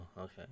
okay